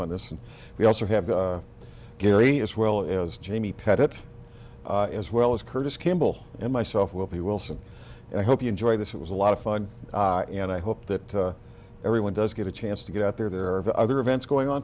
on this and we also have gary as well as jamie pettit as well as curtis kimball and myself will be wilson and i hope you enjoy this it was a lot of fun and i hope that everyone does get a chance to get out there there are other events going on